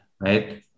right